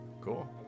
cool